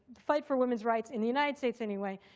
fight for women's rights, in the united states anyway,